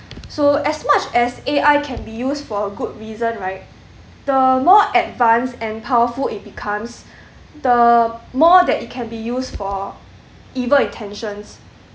so as much as A_I can be used for a good reason right the more advanced and powerful it becomes the more that it can be used for evil intentions